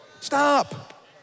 Stop